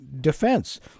defense